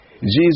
Jesus